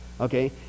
okay